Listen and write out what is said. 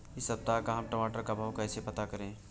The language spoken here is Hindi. इस सप्ताह का हम टमाटर का भाव कैसे पता करें?